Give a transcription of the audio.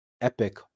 epic